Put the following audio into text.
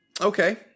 Okay